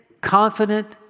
confident